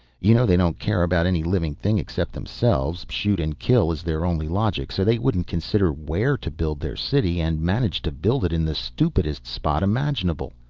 you know they don't care about any living thing except themselves, shoot and kill is their only logic. so they wouldn't consider where to build their city, and managed to build it in the stupidest spot imaginable.